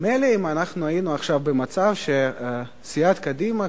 מילא אם היינו עכשיו במצב שסיעת קדימה,